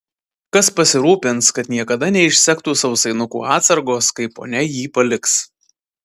kas pasirūpins kad niekada neišsektų sausainukų atsargos kai ponia jį paliks